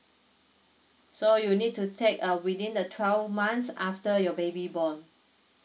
so you need to take uh within the twelve months after your baby born